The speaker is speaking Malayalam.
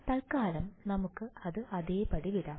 തൽക്കാലം നമുക്ക് അത് അതേപടി വിടാം